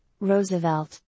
Roosevelt